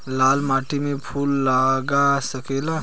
लाल माटी में फूल लाग सकेला?